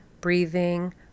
breathing